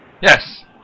Yes